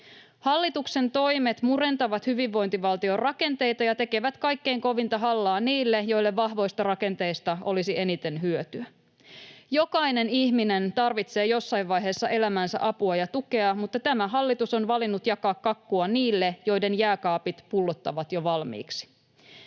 Hallituksen toimet murentavat hyvinvointivaltion rakenteita ja tekevät kaikkein kovinta hallaa niille, joille vahvoista rakenteista olisi eniten hyötyä. Jokainen ihminen tarvitsee jossain vaiheessa elämäänsä apua ja tukea, mutta tämä hallitus on valinnut jakaa kakkua niille, joiden jääkaapit pullottavat jo valmiiksi.